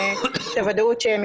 בבקשה, גברת אור.